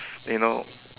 you know